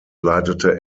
leitete